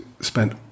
spent